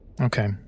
okay